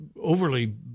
overly